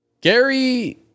Gary